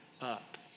up